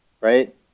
right